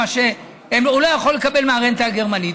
מה שהוא לא יכול לקבל מהרנטה הגרמנית,